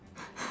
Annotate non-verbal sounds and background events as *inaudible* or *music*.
*breath*